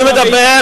אני מדבר,